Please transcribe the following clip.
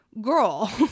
girl